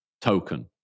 token